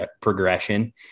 progression